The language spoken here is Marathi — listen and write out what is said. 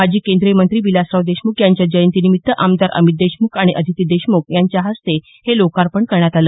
माजी केंद्रीय मंत्री विलासराव देशमुख यांच्या जयंतीनिमित्त आमदार अमित देशमुख आणि अदिती देशमुख यांच्या हस्ते हे लोकार्पण करण्यात आलं